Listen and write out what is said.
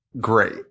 great